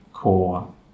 Core